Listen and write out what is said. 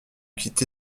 quitté